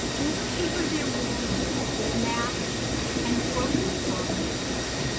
will paper their walls with maps and broken promises,